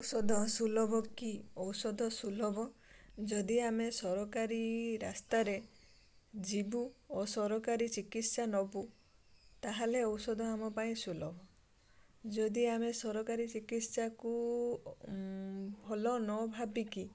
ଔଷଧ ସୁଲଭ କି ଔଷଧ ସୁଲଭ ଯଦି ଆମେ ସରକାରୀ ରାସ୍ତାରେ ଯିବୁ ଓ ସରକାରୀ ଚିକିତ୍ସା ନବୁ ତାହେଲେ ଔଷଧ ଆମ ପାଇଁ ସୁଲଭ ଯଦି ଆମେ ସରକାରୀ ଚିକିତ୍ସାକୁ ଭଲ ନ ଭାବିକି